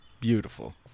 beautiful